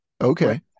okay